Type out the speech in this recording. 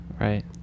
right